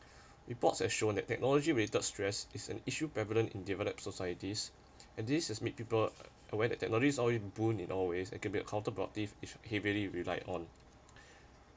reports have shown that technology related stress is an issue prevalent in developed societies and this has made people aware that technologies are in all ways it can be counterproductive if heavily rely on